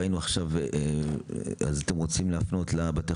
ראינו עכשיו שאתם רוצים להפנות לבתי